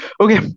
okay